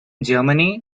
germany